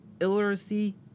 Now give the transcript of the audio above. illiteracy